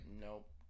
Nope